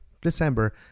December